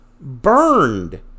burned